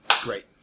Great